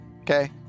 Okay